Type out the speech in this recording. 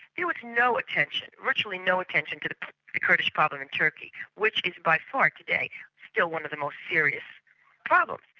there was no attention, virtually no attention given to the kurdish problem in turkey, which is by far today still one of the most serious problems.